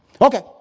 Okay